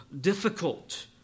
difficult